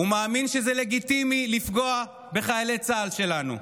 שלגיטימי לפגוע בחיילי צה"ל שלנו.